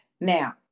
Now